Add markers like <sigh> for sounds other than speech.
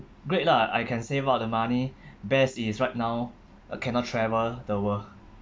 great lah I can save up the money <breath> best is right now uh cannot travel the world